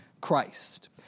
Christ